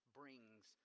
brings